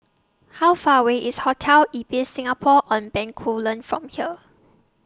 How Far away IS Hotel Ibis Singapore on Bencoolen from here